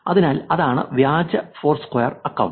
അതിനാൽ അതാണ് വ്യാജ ഫോർസ്ക്വയർ അക്കൌണ്ട്